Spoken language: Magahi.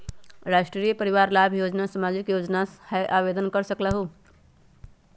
राष्ट्रीय परिवार लाभ योजना सामाजिक योजना है आवेदन कर सकलहु?